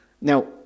Now